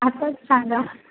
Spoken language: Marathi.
आताच सांगा